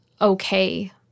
okay